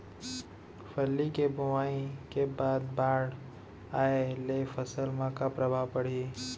फल्ली के बोआई के बाद बाढ़ आये ले फसल मा का प्रभाव पड़ही?